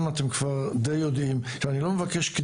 צריך להביא בחשבון שנושא הסביבה הוא מאוד רחב